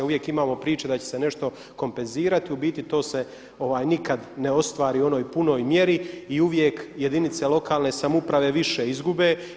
Uvijek imamo priče da će se nešto kompenzirati u biti to se nikad ne ostvari u onoj punoj mjeri i uvijek jedinice lokane samouprave više izgube.